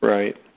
Right